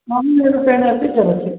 मम रूपेण अपि चलति